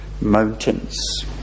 mountains